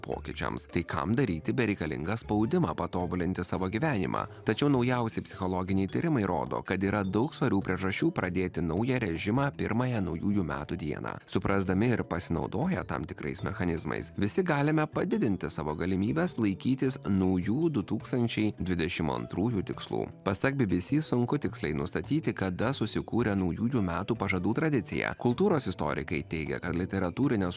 pokyčiams tai kam daryti bereikalingą spaudimą patobulinti savo gyvenimą tačiau naujausi psichologiniai tyrimai rodo kad yra daug svarių priežasčių pradėti naują režimą pirmąją naujųjų metų dieną suprasdami ir pasinaudoję tam tikrais mechanizmais visi galime padidinti savo galimybes laikytis naujų du tūkstančiai dvidešim antrųjų tikslų pasak bbc sunku tiksliai nustatyti kada susikūrė naujųjų metų pažadų tradicija kultūros istorikai teigia kad literatūrinės